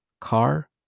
car